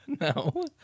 No